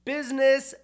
Business